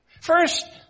First